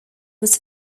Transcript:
was